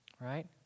Right